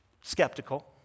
skeptical